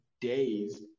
days